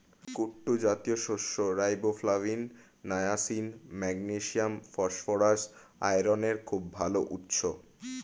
কুট্টু জাতীয় শস্য riboflavin, niacin, magnesium, phosphorus, আয়রনের খুব ভাল উৎস